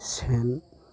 सेन